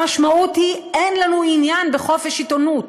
המשמעות היא: אין לנו עניין בחופש עיתונות,